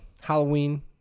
Halloween